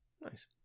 Nice